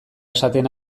esaten